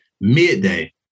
Midday